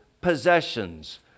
possessions